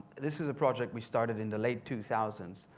this is a project we started in the late two thousand s.